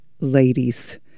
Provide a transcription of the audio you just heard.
ladies